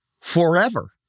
forever